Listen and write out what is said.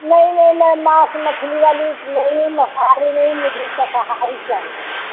नहीं नहीं मैं मास मछली वाली मसाले नई मुझे शाकाहारी चाहिए